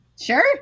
Sure